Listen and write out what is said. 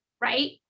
right